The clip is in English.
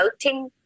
voting